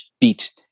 beat